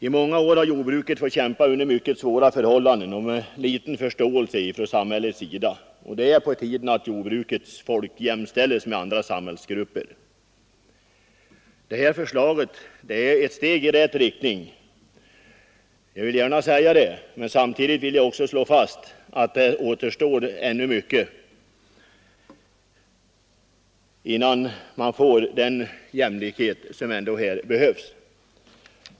I många år har jordbruket fått kämpa under mycket svåra förhållanden och med liten förståelse från samhällets sida. Det är på tiden att jordbrukets folk jämställs med folk inom andra samhällsgrupper. Förslaget är ett steg i rätt riktning. Men samtidigt som jag säger detta vill jag slå fast att det ännu återstår mycket att göra innan man har åstadkommit jämlikhet på detta område.